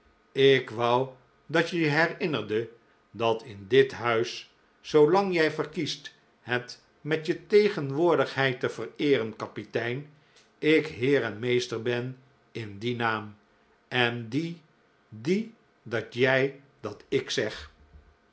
ik wou dat je je herinnerde dat in dit huis zoolang jij verkiest het met je tegenwoordig heid te vereeren kapitein ik heer en meester ben en die naam en die die dat jij dat ik zeg